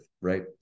right